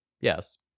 Yes